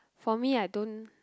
for me I don't